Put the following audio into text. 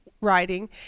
writing